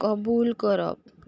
कबूल करप